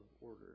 order